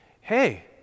Hey